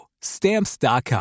Stamps.com